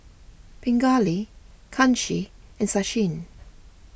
Pingali Kanshi and Sachin